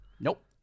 Nope